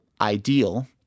ideal